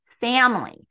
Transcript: family